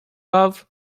love